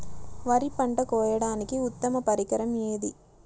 వరి పంట కోయడానికి ఉత్తమ పరికరం ఏది?